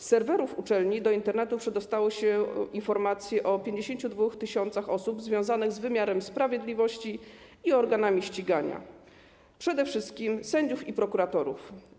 Z serwerów uczelni do Internetu przedostały się informacje o 52 tys. osób związanych z wymiarem sprawiedliwości i organami ścigania, przede wszystkim sędziów i prokuratorów.